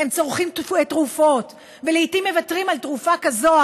הם צורכים תרופות ולעיתים מוותרים על תרופה כזו או